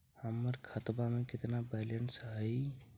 हमर खतबा में केतना बैलेंस हई?